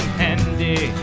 handy